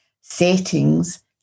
settings